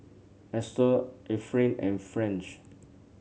Edsel Efrain and French